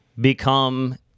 become